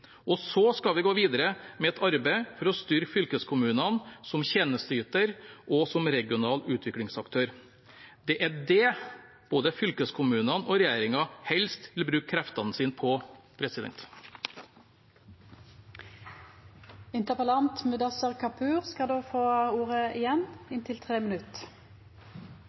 Så skal vi gå videre med et arbeid for å styrke fylkeskommunene som tjenesteyter og som regional utviklingsaktør. Det er det både fylkeskommunene og regjeringen helst vil bruke kreftene sine på.